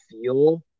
feel